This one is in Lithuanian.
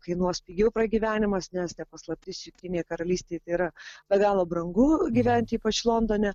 kainuos pigiau pragyvenimas nes ne paslaptis jungtinėje karalystėje yra be galo brangu gyventi ypač londone